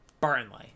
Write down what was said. Burnley